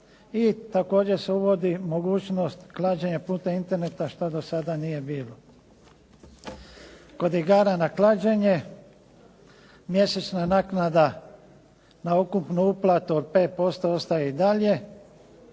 I također se uvodi mogućnost klađenja putem interneta što do sada nije bilo. Kod igara na klađenje mjesečna naknada na ukupnu uplatu od 5% ostaje i dalje.